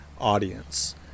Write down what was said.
audience